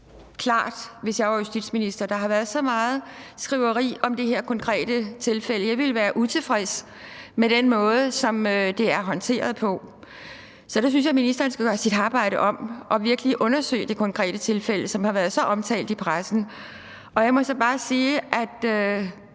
gøre, hvis jeg var justitsminister. Der har været så meget skriveri om det her konkrete tilfælde. Jeg ville være utilfreds med den måde, som det er håndteret på. Så der synes jeg, at ministeren skal gøre sit arbejde om og virkelig undersøge det konkrete tilfælde, som har været så omtalt i pressen. Jeg må så bare sige, at